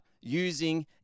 using